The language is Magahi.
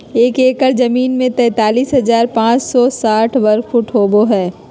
एक एकड़ जमीन में तैंतालीस हजार पांच सौ साठ वर्ग फुट होबो हइ